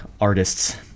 artist's